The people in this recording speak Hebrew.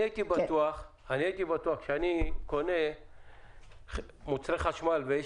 אני הייתי בטוח שאני קונה מוצרי חשמל ואני